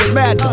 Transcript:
mad